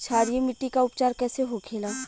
क्षारीय मिट्टी का उपचार कैसे होखे ला?